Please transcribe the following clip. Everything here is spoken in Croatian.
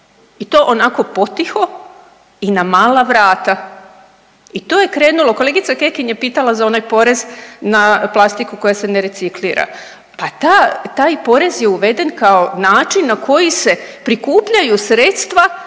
i to onako potiho i na mala vrata. I to je krenulo, kolegica Kekin je pitala za onaj porez na plastiku koja se ne reciklira, pa ta, taj porez je uveden kao način na koji se prikupljaju sredstva